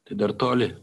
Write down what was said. tai dar toli